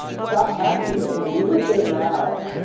stop asking me. you live there now.